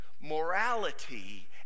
morality